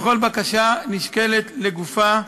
וכל בקשה נשקלת לגופה.